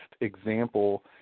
example